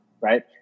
Right